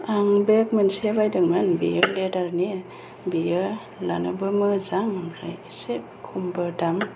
आं बेग मोनसे बायदोंमोन बेयो लेदारनि बेयो लानोबो मोजां ओमफ्राय एसे खमबो दाम